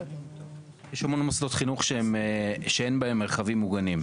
יש המון מוסדות חינוך שאין בהם מרחבים מוגנים.